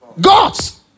gods